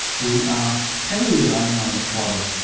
we are heavily relying on like water,